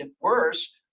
worse